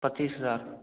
पच्चीस हज़ार